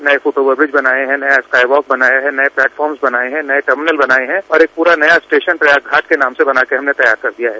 नये foot over bridge बनाये हैं नया टायबैक बनाया है नये प्लेटफार्म्स बनाये हैं नये टर्मिनल बनाये हैं और एक पूरा नया स्टेशन प्रयाग घाट के नाम से बनाकर हमने तैयार कर दिया है